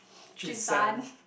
Jun-san